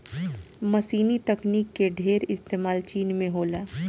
मशीनी तकनीक के ढेर इस्तेमाल चीन में होला